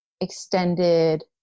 extended